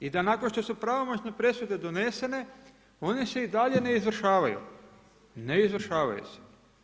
I da nakon što su pramomoćne presude donesene one se i dalje ne izvršavaju, ne izvršavaju se.